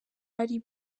ari